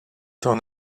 t’en